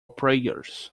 prayers